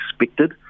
expected